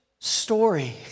story